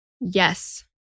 Yes